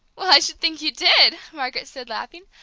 well, i should think you did! margaret said, laughing.